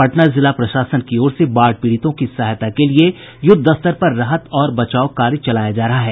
पटना जिला प्रशासन की ओर से बाढ़ पीड़ितों की सहायता के लिये युद्धस्तर पर राहत और बचाव कार्य चलाया जा रहा है